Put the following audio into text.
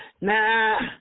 nah